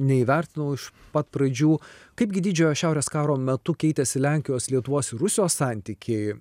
neįvertinau iš pat pradžių kaipgi didžiojo šiaurės karo metu keitėsi lenkijos lietuvos ir rusijos santykiai